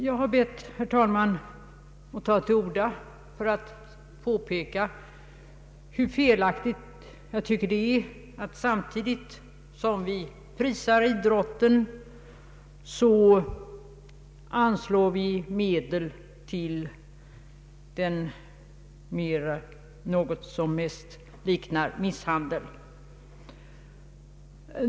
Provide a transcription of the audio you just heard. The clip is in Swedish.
Jag vill, herr talman, främst få påpeka hur felaktigt jag tycker det är att samtidigt som vi prisar idrotten så anslår vi medel till något som mest liknar misshandel.